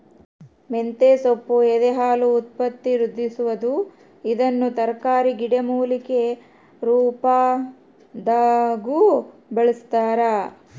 ಮಂತೆಸೊಪ್ಪು ಎದೆಹಾಲು ಉತ್ಪತ್ತಿವೃದ್ಧಿಸುವದು ಇದನ್ನು ತರಕಾರಿ ಗಿಡಮೂಲಿಕೆ ರುಪಾದಾಗೂ ಬಳಸ್ತಾರ